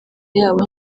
yabo